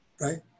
right